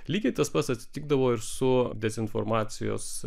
lygiai tas pats atsitikdavo ir su dezinformacijos